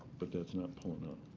but that's not pulling up.